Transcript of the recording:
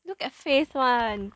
look at face [one]